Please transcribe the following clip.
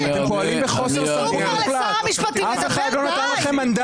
תנו כבר לשר המשפטים לדבר, די.